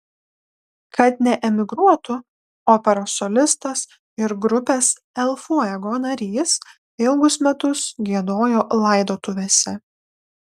kad neemigruotų operos solistas ir grupės el fuego narys ilgus metus giedojo laidotuvėse